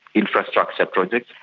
infrastructure projects,